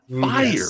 fire